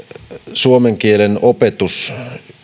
suomen kielen opetus